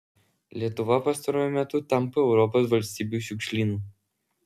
lietuva pastaruoju metu tampa europos valstybių šiukšlynu